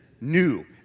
new